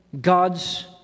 God's